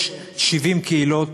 יש 70 קהילות,